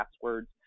passwords